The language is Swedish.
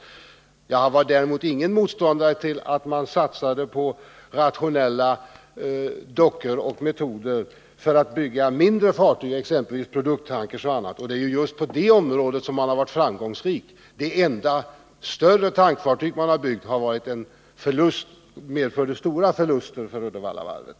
Jag var däremot ingen motståndare till att man satsade på rationella dockor och metoder för att bygga mindre fartyg, exempelvis produkttankers — och det är just på det området som man har varit framgångsrik. Det enda större tankfartyg man har byggt har däremot medfört stora förluster för Uddevallavarvet.